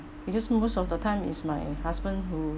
because most of the time is my husband who